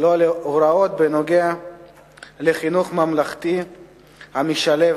לו הוראות בנוגע לחינוך ממלכתי המשלב